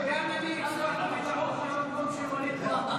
גם אני הצבעתי בטעות, מהמקום של ווליד טאהא.